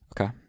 okay